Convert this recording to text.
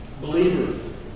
believers